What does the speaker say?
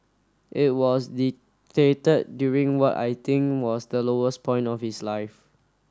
it was dictated during what I think was the lowest point of his life